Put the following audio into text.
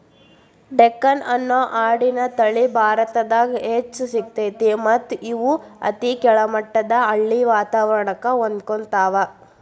ಡೆಕ್ಕನಿ ಅನ್ನೋ ಆಡಿನ ತಳಿ ಭಾರತದಾಗ್ ಹೆಚ್ಚ್ ಸಿಗ್ತೇತಿ ಮತ್ತ್ ಇವು ಅತಿ ಕೆಳಮಟ್ಟದ ಹಳ್ಳಿ ವಾತವರಣಕ್ಕ ಹೊಂದ್ಕೊತಾವ